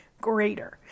greater